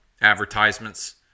advertisements